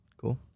cool